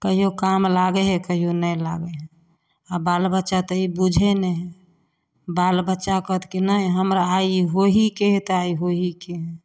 कहिओ काम लागै हइ कहिओ नहि लागै हइ आओर बाल बच्चा तऽ ई बुझै नहि हइ बाल बच्चा कहत कि नहि हमरा आइ ई होइहेके हइ तऽ होइहेके हइ